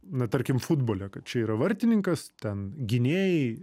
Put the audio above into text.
na tarkim futbole kad čia yra vartininkas ten gynėjai